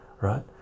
right